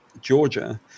Georgia